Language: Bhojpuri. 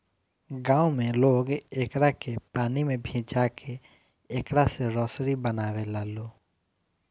गांव में लोग एकरा के पानी में भिजा के एकरा से रसरी बनावे लालो